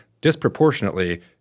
disproportionately